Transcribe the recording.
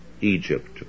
Egypt